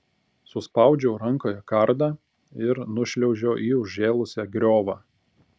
suspaudžiau rankoje kardą ir nušliaužiau į užžėlusią griovą